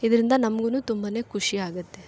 ಇದರಿಂದ ನಮ್ಗೂ ತುಂಬಾ ಖುಷಿ ಆಗತ್ತೆ